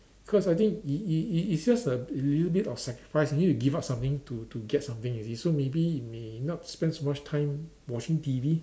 cause I think it it it it's just a a little bit of sacrifice you need to give up something to to get something you see so maybe may not spend so much time watching T_V